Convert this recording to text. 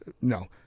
No